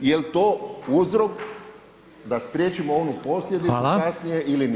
Jel to uzrok da spriječimo onu posljedicu kasnije ili nije?